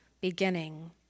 beginning